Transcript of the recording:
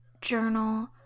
journal